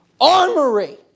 Armory